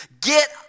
Get